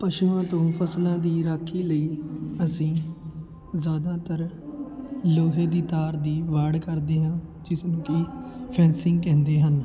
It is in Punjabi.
ਪਸ਼ੂਆਂ ਤੋਂ ਫ਼ਸਲਾਂ ਦੀ ਰਾਖੀ ਲਈ ਅਸੀਂ ਜ਼ਿਆਦਾਤਰ ਲੋਹੇ ਦੀ ਤਾਰ ਦੀ ਵਾੜ ਕਰਦੇ ਹਾਂ ਜਿਸਨੂੰ ਕਿ ਫੈਂਸਿੰਗ ਕਹਿੰਦੇ ਹਨ